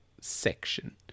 section